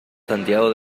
santiago